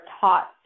taught